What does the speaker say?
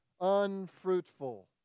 unfruitful